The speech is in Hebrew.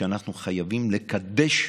דיון בוועדת